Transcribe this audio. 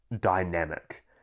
dynamic